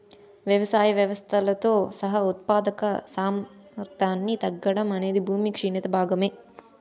వ్యవసాయ వ్యవస్థలతో సహా ఉత్పాదక సామర్థ్యాన్ని తగ్గడం అనేది భూమి క్షీణత భాగమే